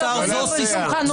לא קונים בשום חנות.